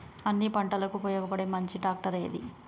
అన్ని పంటలకు ఉపయోగపడే మంచి ట్రాక్టర్ ఏది?